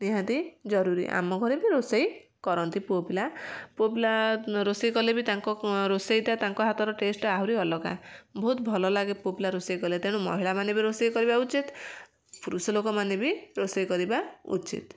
ନିହାତି ଜରୁରୀ ଆମ ଘରେ ବି ରୋଷେଇ କରନ୍ତି ପୁଅପିଲା ପୁଅପିଲା ରୋଷେଇ କଲେ ବି ତାଙ୍କ ରୋଷେଇଟା ତାଙ୍କ ହାତର ଟେଷ୍ଟଟା ଆହୁରି ଅଲଗା ବହୁତ ଭଲ ଲାଗେ ପୁଅପିଲା ରୋଷେଇ କଲେ ତେଣୁ ମହିଳାମାନେ ବି ରୋଷେଇ କରିବା ଉଚିତ୍ ପୁରୁଷ ଲୋକମାନେ ବି ରୋଷେଇ କରିବା ଉଚିତ୍